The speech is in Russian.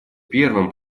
первым